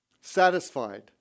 satisfied